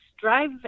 drive